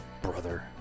Brother